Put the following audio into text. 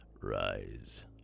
Rise